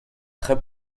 très